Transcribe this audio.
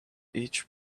each